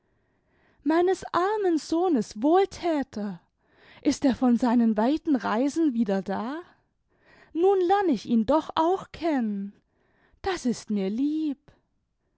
meines armen sohnes wohlthäter ist er von seinen weiten reisen wieder da nun lern ich ihn doch auch kennen das ist mir lieb